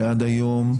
שעד היום,